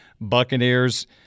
Buccaneers